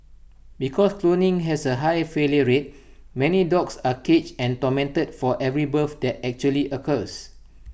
because cloning has A high failure rate many dogs are caged and tormented for every birth that actually occurs